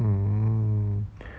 mm